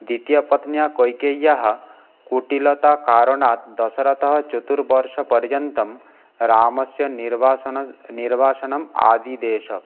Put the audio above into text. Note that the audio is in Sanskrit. द्वितीयपत्न्या कैकेय्याः कुटिलताकारणात् दशरथः चतुर्वर्ष पर्यन्तं रामस्य निर्वासन निर्वासनम् आदिदेश